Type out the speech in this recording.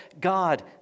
God